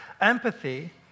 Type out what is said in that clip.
empathy